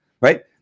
right